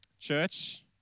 Church